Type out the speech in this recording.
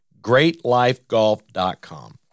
greatlifegolf.com